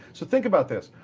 so think about this.